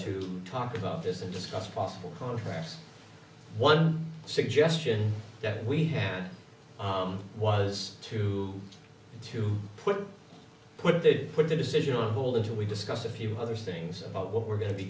to talk about this and discuss possible contrast one suggestion that we had was to to put put they'd put the decision on hold until we discussed a few other things and what we're going to be